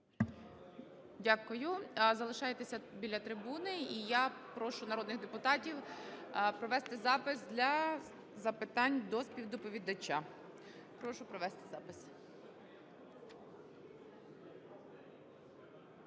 Дякую. Залишайтеся біля трибуни. І я прошу народних депутатів провести запис для запитань до співдоповідача. Прошу провести запис.